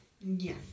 Yes